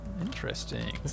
Interesting